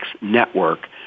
Network